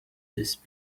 this